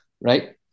Right